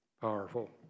Powerful